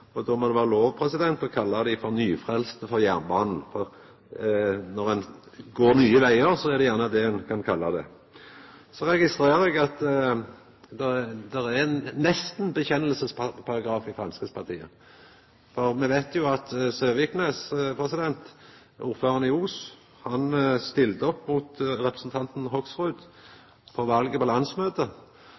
sida. Då må det vera lov å kalla dei for nyfrelste på jernbane – for når ein går nye vegar, er det gjerne det ein blir kalla. Så registrerer eg at det nesten er ein bekjennelsesparagraf i Framstegspartiet. Me veit jo at Søviknes, ordføraren i Os, stilte opp mot representanten Hoksrud i valet på